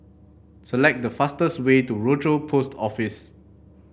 select the fastest way to Rochor Post Office